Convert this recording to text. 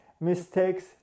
mistakes